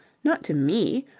not to me.